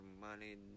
money